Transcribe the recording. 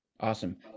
Awesome